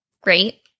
Great